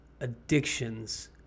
addictions